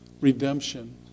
redemption